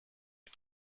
est